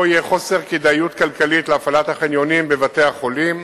יהיה חוסר כדאיות כלכלית להפעלת החניונים בבתי-החולים,